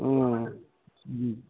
ఆ